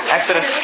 Exodus